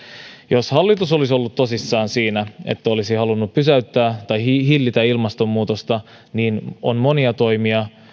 jos hallitus olisi ollut tosissaan siinä että se olisi halunnut hillitä ilmastonmuutosta niin on monia toimia